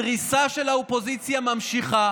הדריסה של האופוזיציה נמשכת.